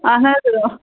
اَہَن حظ آ